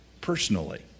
personally